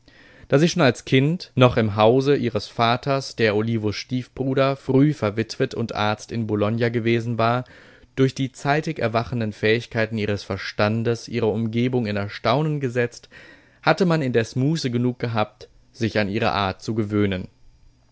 da sie schon als kind noch im hause ihres vaters der olivos stiefbruder früh verwitwet und arzt in bologna gewesen war durch die zeitig erwachenden fähigkeiten ihres verstandes ihre umgebung in erstaunen gesetzt hatte man indes muße genug gehabt sich an ihre art zu gewöhnen